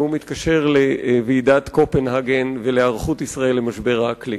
והוא מתקשר לוועידת קופנהגן ולהיערכות ישראל למשבר האקלים.